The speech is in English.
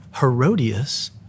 Herodias